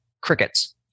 crickets